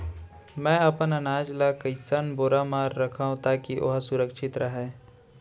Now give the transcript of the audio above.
मैं अपन अनाज ला कइसन बोरा म रखव ताकी ओहा सुरक्षित राहय?